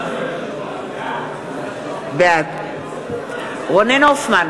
בעד רונן הופמן,